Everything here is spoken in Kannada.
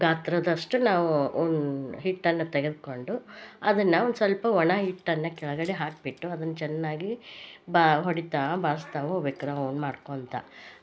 ಗಾತ್ರದಷ್ಟು ನಾವು ಹಿಟ್ಟನ್ನು ತೆಗೆದುಕೊಂಡು ಅದನ್ನ ಒಂದು ಸ್ವಲ್ಪ ಒಣ ಹಿಟ್ಟನ್ನ ಕೆಳಗಡೆ ಹಾಕ್ಬಿಟ್ಟು ಅದನ್ನ ಚೆನ್ನಾಗಿ ಹೊಡಿತಾ ಬಾರಿಸ್ತಾ ಹೋಗಬೇಕು ರೌಂಡ್ ಮಾಡ್ಕೊಳ್ತಾ